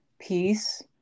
peace